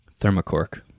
thermocork